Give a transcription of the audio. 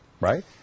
right